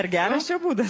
ar geras čia būdas